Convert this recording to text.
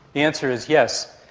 the answer is yes.